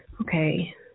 okay